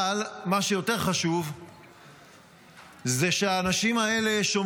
אבל מה שיותר חשוב זה שהאנשים האלה בעצם